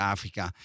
Afrika